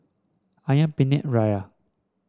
ayam Penyet Ria